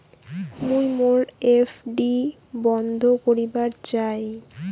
মুই মোর এফ.ডি বন্ধ করিবার চাই